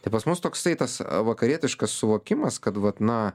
tai pas mus toksai tas vakarietiškas suvokimas kad vat na